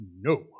no